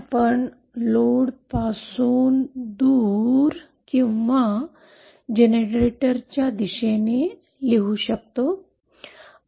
आपण लोडपासून दूर किंवा जनरेटरच्या दिशेने लिहू शकतो